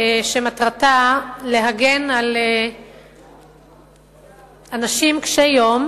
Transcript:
שמטרתה להגן על אנשים קשי יום,